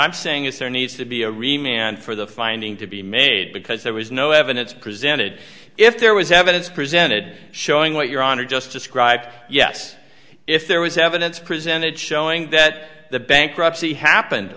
i'm saying is there needs to be a rematch and for the finding to be made because there was no evidence presented if there was evidence presented showing what your honor just described yes if there was evidence presented showing that the bankruptcy happened